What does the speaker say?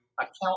account